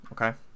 okay